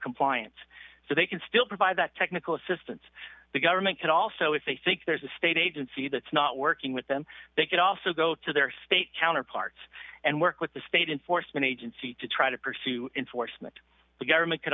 compliance so they can still provide that technical assistance the government can also if they think there's a state agency that's not working with them they could also go to their state counterparts and work with the state and force an agency to try to pursue enforcement the government could